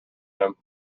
him